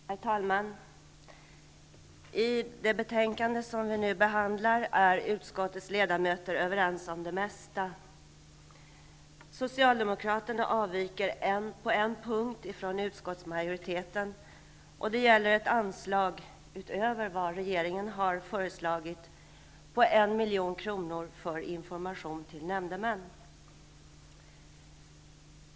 Herr talman! I det betänkande som vi nu behandlar är utskottets ledamöter överens om det mesta. Socialdemokraterna avviker på en punkt ifrån utskottsmajoriteten, och det gäller ett anslag, utöver vad regeringen föreslagit, på 1 milj.kr. för information till nämndemän.